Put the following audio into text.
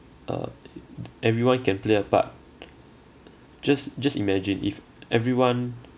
uh everyone can play a part just just imagine if everyone